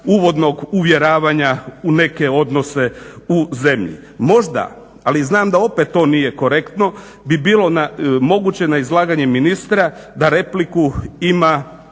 uvodnog uvjeravanja u neke odnose u zemlji. Možda, ali znam da opet to nije korektno bi bilo moguće na izlaganje ministra da repliku ima